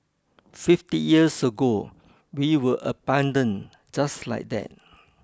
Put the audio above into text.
fifty years ago we were abandoned just like that